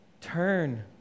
turn